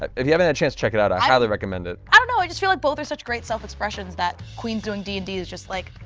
ah if you haven't had a chance, check it out, i highly recommend it. i don't know, i just feel like both are such great self-expressions that queens doing d and d is just like,